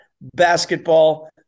basketball